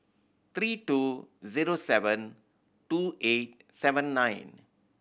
three two zero seven two eight seven nine